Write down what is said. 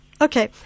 Okay